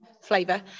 flavour